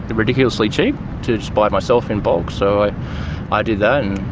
ridiculously cheap to just buy it myself in bulk, so i ah did that.